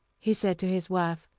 he said to his wife,